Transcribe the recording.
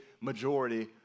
majority